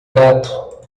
gato